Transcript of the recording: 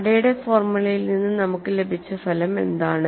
ടാഡയുടെ ഫോർമുലയിൽ നിന്ന് നമുക്ക് ലഭിച്ച ഫലം എന്താണ്